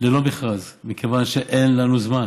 ללא מכרז, מכיוון שאין לנו זמן.